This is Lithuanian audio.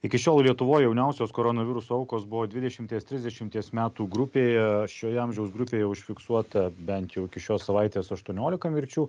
iki šiol lietuvoj jauniausios koronaviruso aukos buvo dvidešimties trisdešimties metų grupėje šioje amžiaus grupėje užfiksuota bent jau iki šios savaitės aštuoniolika mirčių